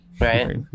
Right